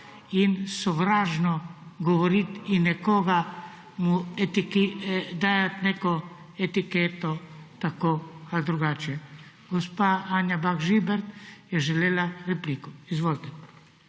in sovražno govoriti in dajati neko etiketo tako ali drugače. Gospa Anja Bah Žibert je želela repliko. Izvolite.